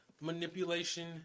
manipulation